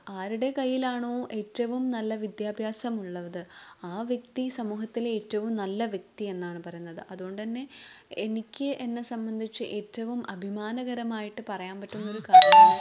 ആരുടെ കയ്യിലാണോ ഏറ്റവും നല്ല വിദ്യാഭ്യാസമുള്ളത് ആ വ്യക്തി സമൂഹത്തിലെ ഏറ്റവും നല്ല വ്യക്തി എന്നാണ് പറയുന്നത് അതുകൊണ്ടുതന്നെ എനിക്ക് എന്നെ സംബന്ധിച്ച് ഏറ്റവും അഭിമാനകരമായിട്ട് പറയാൻ പറ്റുന്നൊരു കാര്യം